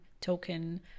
token